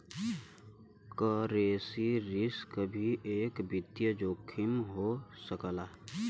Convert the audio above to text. currency risk भी एक वित्तीय जोखिम हो सकला